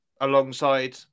alongside